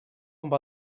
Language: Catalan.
amb